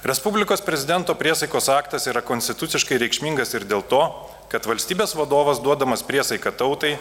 respublikos prezidento priesaikos aktas yra konstituciškai reikšmingas ir dėl to kad valstybės vadovas duodamas priesaiką tautai